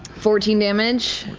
fourteen damage,